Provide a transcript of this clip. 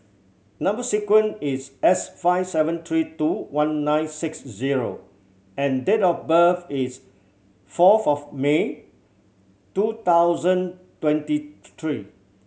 number sequence is S five seven three two one nine six zero and date of birth is fourth of May two thousand twenty three